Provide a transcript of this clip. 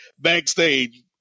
backstage